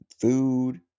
food